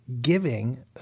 giving